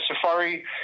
safari